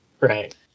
Right